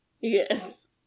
Yes